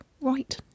right